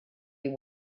you